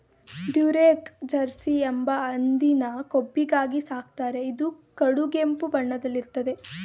Duroc Jersey ಎಂಬ ಹಂದಿನ ಕೊಬ್ಬಿಗಾಗಿ ಸಾಕ್ತಾರೆ ಇದು ಕಡುಗೆಂಪು ಬಣ್ಣದಲ್ಲಿ ಇರ್ತದೆ